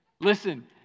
Listen